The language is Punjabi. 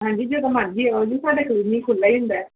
ਹਾਂਜੀ ਜਦੋਂ ਮਰਜ਼ੀ ਆਓ ਜੀ ਸਾਡਾ ਕਲੀਨਿਕ ਖੁੱਲ੍ਹਾ ਹੀ ਹੁੰਦਾ